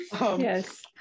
Yes